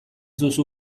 duzu